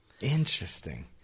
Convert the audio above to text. Interesting